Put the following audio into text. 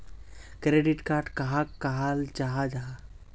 Credit card कहाक कहाल जाहा जाहा?